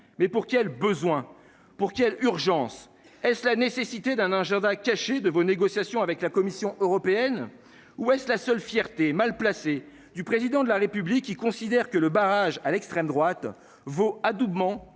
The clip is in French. Mais pour quel besoin, pour qu'il y urgence est la nécessité d'un agenda caché de vos négociations avec la Commission européenne ou est-ce la seule fierté mal placée du président de la République, il considère que le barrage à l'extrême droite vaut adoubement